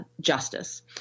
justice